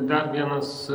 dar vienas